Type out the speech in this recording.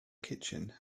kitchen